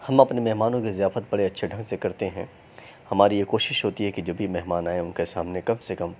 ہم اپںے مہمانوں کی ضیافت بڑے اچھے ڈھنگ سے کرتے ہیں ہماری یہ کوشش ہوتی ہے کہ جو بھی مہمان آئیں ان کے سامنے کم سے کم